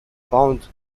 found